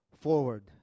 forward